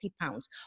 pounds